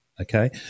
okay